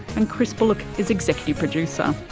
and chris bullock is executive producer.